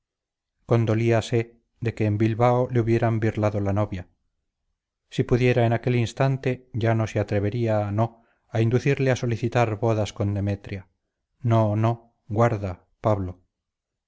paternal cariño condolíase de que en bilbao le hubieran birlado la novia si pudiera en aquel instante ya no se atrevería no a inducirle a solicitar bodas con demetria no no guarda pablo